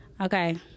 okay